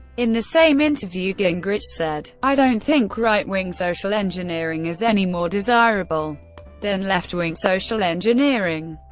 in the same interview gingrich said i don't think right-wing social engineering is any more desirable than left-wing social engineering.